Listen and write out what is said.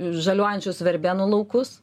žaliuojančius verbenų laukus